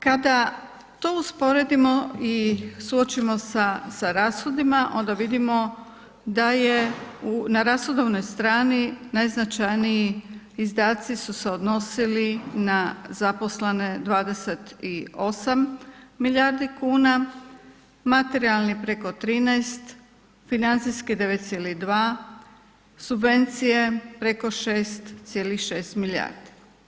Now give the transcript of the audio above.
Kada to usporedimo i suočimo sa rashodima onda vidimo da je na rashodovnoj strani najznačajniji izdaci su se odnosili na zaposlene 28 milijardi kuna, materijalni preko 13, financijski 9,2, subvencije preko 6,6 milijardi.